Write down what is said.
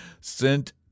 sent